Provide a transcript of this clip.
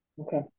Okay